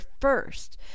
first